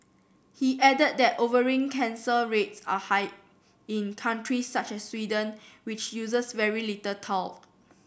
he added that ovarian cancer rates are high in countries such as Sweden which uses very little talc